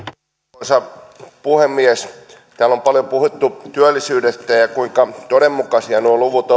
arvoisa puhemies täällä on paljon puhuttu työllisyydestä ja siitä kuinka todenmukaisia nuo luvut